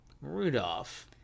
Rudolph